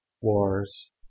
wars